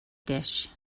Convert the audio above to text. dish